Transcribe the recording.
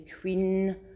Queen